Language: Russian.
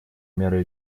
меры